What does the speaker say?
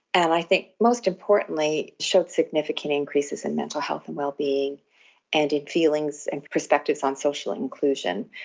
and i think most importantly showed significant increases in mental health and wellbeing and in feelings and perspectives on social inclusion,